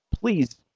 please